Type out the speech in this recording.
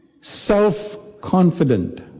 Self-confident